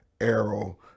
arrow